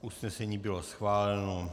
Usnesení bylo schváleno.